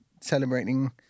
celebrating